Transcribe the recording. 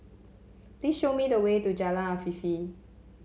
please show me the way to Jalan Afifi